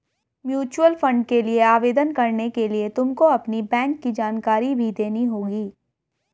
mutual fund के लिए आवेदन करने के लिए तुमको अपनी बैंक की जानकारी भी देनी होगी